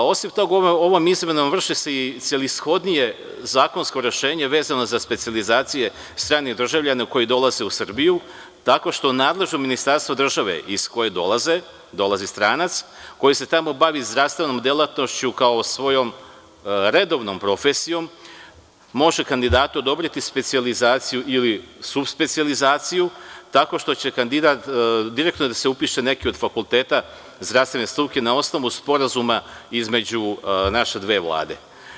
Osim toga, ovim izmenama vrši se i celishodnije zakonsko rešenje vezano za specijalizacije stranih državljana koji dolaze u Srbiju, tako što nadležno ministarstvo države iz koje dolazi stranac koji se tamo bavi zdravstvenom delatnošću, kao svojom redovnom profesijom, može kandidatu odobriti specijalizaciju ili subspecijalizaciju tako što će kandidat direktno da se upiše na neki od fakulteta zdravstvene struke, na osnovu sporazuma između naše dve vlade.